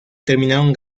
terminaron